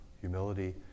humility